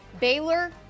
Baylor